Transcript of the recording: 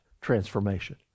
transformation